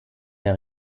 der